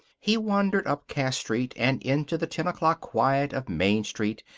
he wandered up cass street, and into the ten-o'clock quiet of main street,